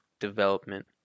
development